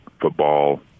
Football